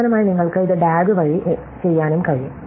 അവസാനമായി നിങ്ങൾക്ക് ഇത് DAG വഴി ചെയ്യാനും കഴിയും